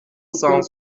cent